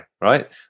right